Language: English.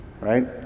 right